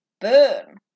burn